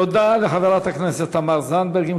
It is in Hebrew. תודה לחברת הכנסת תמר זנדברג.